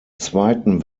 zweiten